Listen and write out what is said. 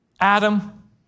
Adam